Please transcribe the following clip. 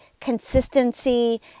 consistency